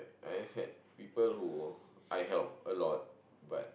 I've had people who I help a lot but